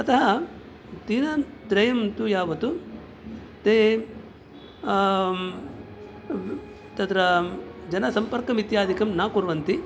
अतः दिनत्रयं तु यावत् ताः तत्र जनसम्पर्कम् इत्यादिकं न कुर्वन्ति